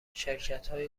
شرکتهای